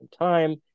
time